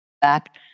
back